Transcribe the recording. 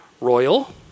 royal